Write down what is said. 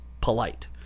polite